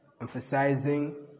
emphasizing